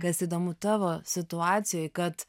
kas įdomu tavo situacijoj kad